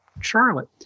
Charlotte